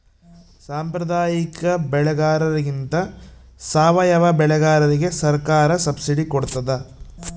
ಸಾಂಪ್ರದಾಯಿಕ ಬೆಳೆಗಾರರಿಗಿಂತ ಸಾವಯವ ಬೆಳೆಗಾರರಿಗೆ ಸರ್ಕಾರ ಸಬ್ಸಿಡಿ ಕೊಡ್ತಡ